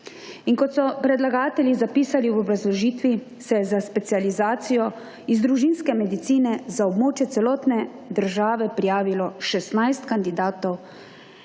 In kot so predlagatelji zapisali v obrazložitvi, se je za specializacijo iz družinske medicine za območje celotne države prijavilo 16 kandidatov